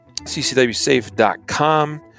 CCWSAFE.com